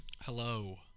hello